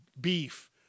beef